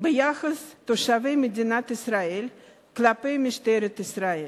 ביחס של תושבי המדינה כלפי משטרת ישראל.